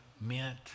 meant